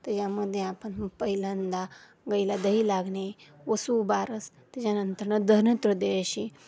त्याच्यामध्ये आपण पहिल्यांदा गाईला दही लागणे वसुबारस त्याच्यानंतरनं धनत्रदेशी